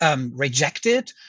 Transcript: Rejected